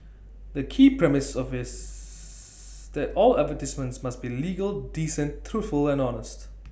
the key premise of is that all advertisements must be legal decent truthful and honest